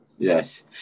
Yes